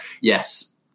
yes